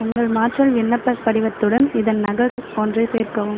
உங்கள் மாற்றல் விண்ணப்பப் படிவத்துடன் இதன் நகல் ஒன்றைச் சேர்க்கவும்